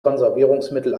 konservierungsmittel